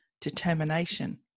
determination